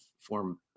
form